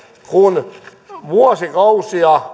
kun vuosikausia